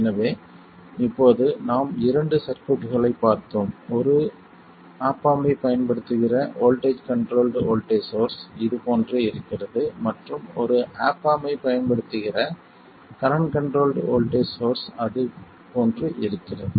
எனவே இப்போது நாம் இரண்டு சர்க்யூட்களைப் பார்த்தோம் ஒரு ஆப் ஆம்ப் ஐப் பயன்படுத்துகிற வோல்ட்டேஜ் கண்ட்ரோல்ட் வோல்ட்டேஜ் சோர்ஸ் இது போன்று இருக்கிறது மற்றும் ஒரு ஆப் ஆம்ப் ஐப் பயன்படுத்துகிற கரண்ட் கண்ட்ரோல்ட் வோல்ட்டேஜ் சோர்ஸ் அது போன்று இருக்கிறது